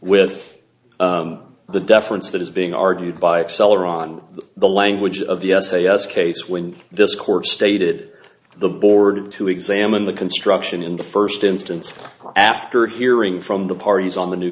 with the deference that is being argued by excel or on the language of the s a s case when this court stated the board to examine the construction in the first instance after hearing from the parties on the new